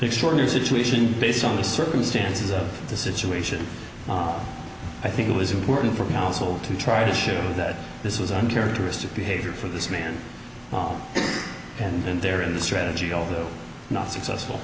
extraordinary situation based on the circumstances of the situation i think it was important for counsel to try to show that this was uncharacteristic behavior for this man and there in the strategy although not successful